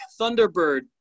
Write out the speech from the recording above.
thunderbird